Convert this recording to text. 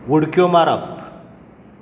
उडक्यो मारप